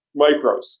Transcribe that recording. micros